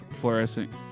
fluorescent